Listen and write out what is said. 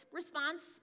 response